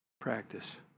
practice